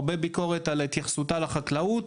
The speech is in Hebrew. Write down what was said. הרבה ביקורת על התייחסותה לחקלאות,